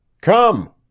Come